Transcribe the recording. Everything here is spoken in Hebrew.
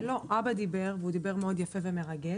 לא, אבא דיבר, והוא דיבר מאוד יפה ומרגש.